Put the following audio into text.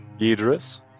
Idris